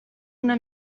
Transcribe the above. una